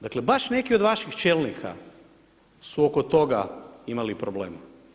Dakle, baš neki od vaših čelnika su oko toga imali problem.